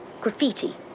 Graffiti